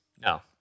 No